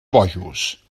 bojos